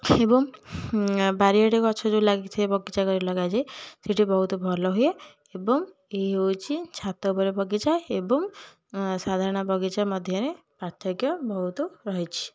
ଏବଂ ଏ ବାରିଆଡ଼େ ଗଛ ଯେଉଁ ଲାଗିଥାଏ ବଗିଚା କରି ଲଗାଯାଏ ସେଇଠି ବହୁତ ଭଲହୁଏ ଏବଂ ଏହି ହେଉଛି ଛାତ ଉପର ବଗିଚା ଏବଂ ସାଧାରଣ ବଗିଚା ମଧ୍ୟରେ ପାର୍ଥକ୍ୟ ବହୁତ ରହିଛି